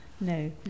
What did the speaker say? no